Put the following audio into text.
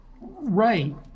Right